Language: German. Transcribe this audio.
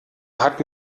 hat